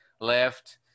left